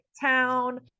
town